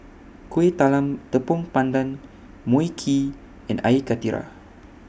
Kueh Talam Tepong Pandan Mui Kee and Air Karthira